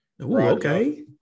Okay